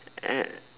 ya